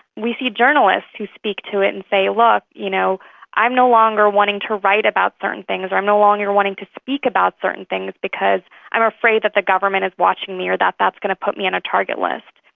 we see journalists who speak to it and say, look, you know i'm no longer wanting to write about certain things or i'm no longer wanting to speak about certain things because i'm afraid that the government is watching me or that that's going to put me on a target list.